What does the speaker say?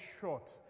short